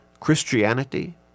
Christianity